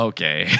Okay